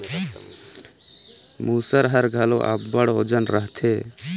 मूसर हर घलो अब्बड़ ओजन रहथे